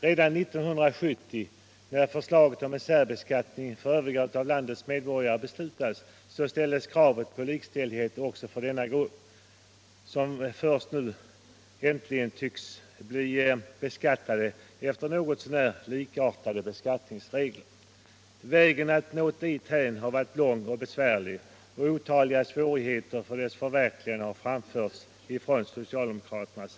Redan 1970, när särbeskattning för landets övriga medborgare beslutades, ställdes kravet på likställighet också för denna grupp, och nu äntligen tycks den bli beskattad efter regler som är något så när jämförbara med dem som gäller för övriga skattebetalare. Vägen dit har varit lång och besvärlig, och otaliga svårigheter för förverkligandet av detta krav har rests av socialdemokraterna.